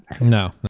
No